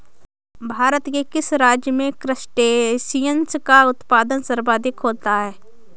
भारत के किस राज्य में क्रस्टेशियंस का उत्पादन सर्वाधिक होता है?